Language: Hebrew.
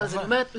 לא אמרתי להסביר,